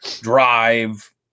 drive